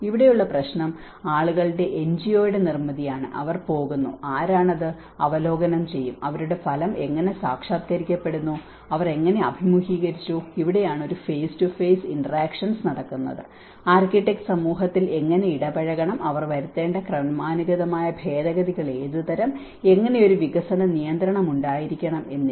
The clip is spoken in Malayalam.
ഇവിടെയുള്ള പ്രശ്നം ആളുകളുടെ എൻജിഒയുടെ നിർമ്മിതിയാണ് അവർ പോകുന്നു ആരാണ് അത് അവലോകനം ചെയ്യും അവരുടെ ഫലം എങ്ങനെ സാക്ഷാത്കരിക്കപ്പെടുന്നു അവർ എങ്ങനെ അഭിമുഖീകരിച്ചു ഇവിടെയാണ് ഒരു ഫേസ് ടു ഫേസ് ഇന്റെറാക്ഷൻസ് നടക്കുന്നത് ആർക്കിടെക്റ്റ് സമൂഹത്തിൽ എങ്ങനെ ഇടപഴകണം അവർ വരുത്തേണ്ട ക്രമാനുഗതമായ ഭേദഗതികൾ ഏതുതരം എങ്ങനെ ഒരു വികസന നിയന്ത്രണം ഉണ്ടായിരിക്കണം എന്നിവ